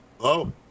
Hello